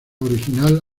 original